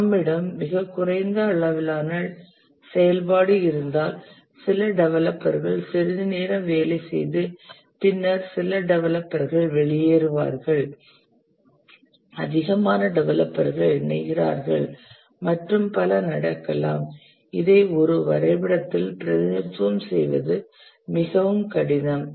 நம்மிடம் மிகக் குறைந்த அளவிலான செயல்பாடு இருந்தால் சில டெவலப்பர்கள் சிறிது நேரம் வேலைசெய்து பின்னர் சில டெவலப்பர்கள் வெளியேறுவார்கள் அதிகமான டெவலப்பர்கள் இணைகிறார்கள் மற்றும் பல நடக்கலாம் இதை ஒரு வரைபடத்தில் பிரதிநிதித்துவம் செய்வது மிகவும் கடினம்